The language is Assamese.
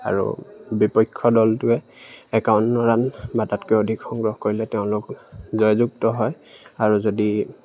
আৰু বিপক্ষ দলটোৱে একাৱন্ন ৰান বা তাতকৈ অধিক সংগ্ৰহ কৰিলে তেওঁলোক জয়যুক্ত হয় আৰু যদি